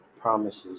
promises